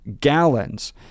gallons